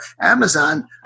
Amazon